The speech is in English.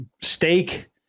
steak